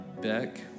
Beck